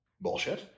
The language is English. bullshit